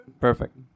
Perfect